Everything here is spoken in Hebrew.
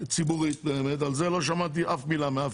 ציבורית - על זה לא שמעתי אף מילה ממישהו